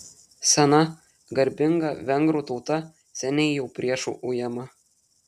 sena garbinga vengrų tauta seniai jau priešų ujama